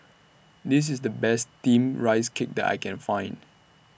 This IS The Best Steamed Rice Cake that I Can Find